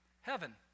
Heaven